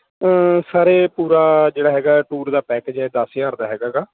sir ਇਹ ਪੂਰਾ ਜਿਹੜਾ ਹੈਗਾ ਟੂਰ ਦਾ ਪੈਕਜ ਹੈ ਇਹ ਦਸ ਹਜ਼ਾਰ ਦਾ ਹੈਗਾ ਗਾ